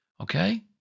Okay